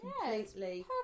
completely